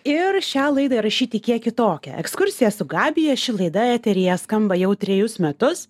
ir šią laidą įrašyti kiek kitokią ekskursija su gabija ši laida eteryje skamba jau trejus metus